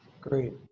Great